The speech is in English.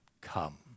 come